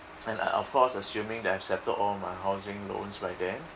and uh of course assuming that I have settled all my housing loans by then